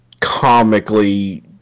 comically